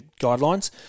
guidelines